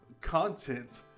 content